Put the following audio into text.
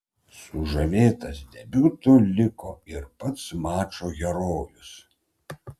sužavėtas debiutu liko ir pats mačo herojus